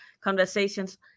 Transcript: conversations